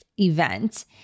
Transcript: event